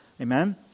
Amen